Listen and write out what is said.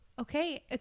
Okay